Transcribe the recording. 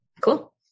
cool